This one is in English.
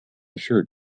shirt